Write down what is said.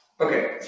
Okay